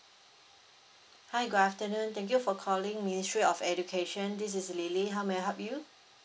hi good afternoon thank you for calling ministry of education this is lily how may I help you